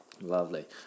Lovely